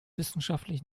wissenschaftlich